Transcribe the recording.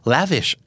Lavish